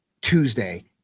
Tuesday